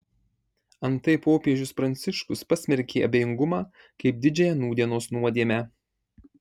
antai popiežius pranciškus pasmerkė abejingumą kaip didžiąją nūdienos nuodėmę